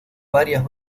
varias